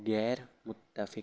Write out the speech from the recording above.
غیرمتفق